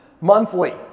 Monthly